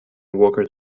walker